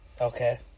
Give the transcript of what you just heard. Okay